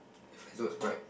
it's flying towards right